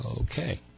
Okay